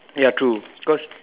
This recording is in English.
ya true because